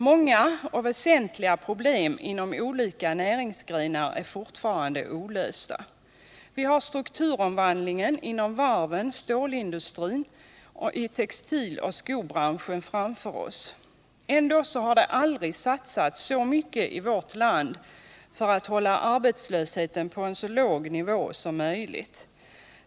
Många och väsentliga problem inom olika näringsgrenar är fortfarande olösta. Vi har strukturomvandlingen inom varven, stålindustrin, textiloch skobranschen framför oss. Ändå har det aldrig satsats så mycket i vårt land för att hålla arbetslösheten på en så låg nivå som möjligt.